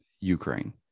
Ukraine